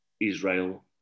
Israel